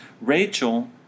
Rachel